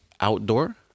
outdoor